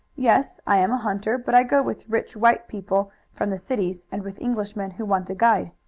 yes, i am a hunter, but i go with rich white people from the cities and with englishmen who want a guide.